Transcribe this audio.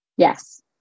Yes